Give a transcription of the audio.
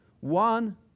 One